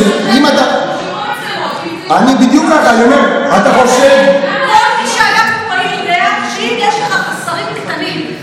בדיוק ככה כל מי שהיה פה פקיד יודע שאם יש לך חוסרים קטנים,